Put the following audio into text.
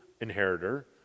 inheritor